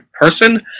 person